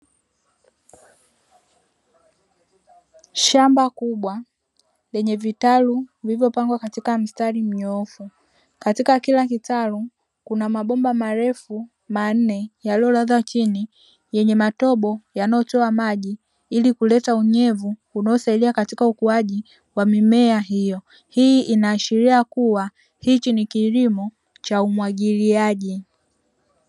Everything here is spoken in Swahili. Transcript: Shamba kubwa lenye vitalu vilivyopangwa katika mstari mnyoofu. Katika kila kitalu kuna mabomba marefu manne yaliyolazwa chini yenye matobo yanayotoa maji ili kuleta unyevu unaosaidia katika ukuaji wa mimea hiyo. Hii inaashiria kuwa hichi ni kilimo cha umwagiliaji.